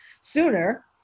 sooner